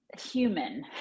human